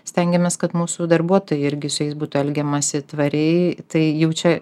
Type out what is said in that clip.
stengiamės kad mūsų darbuotojai irgi su jais būtų elgiamasi tvariai tai jau čia